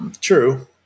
True